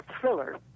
thriller